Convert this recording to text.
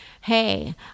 hey